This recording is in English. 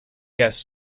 guest